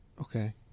okay